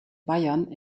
bayern